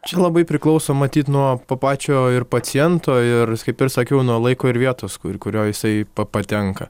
čia labai priklauso matyt nuo pa pačio paciento ir kaip ir sakiau nuo laiko ir vietos kur kurio jisai pa patenka